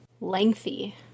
Lengthy